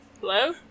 Hello